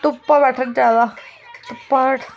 धुप्पा बैठना चाहिदा धुप्पा